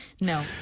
no